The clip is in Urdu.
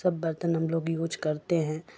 سب برتن ہم لوگ یوز کرتے ہیں